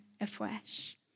afresh